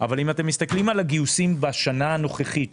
אבל אם אתם מסתכלים על הגיוסים בשנה הנוכחית,